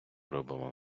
робимо